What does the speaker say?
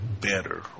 better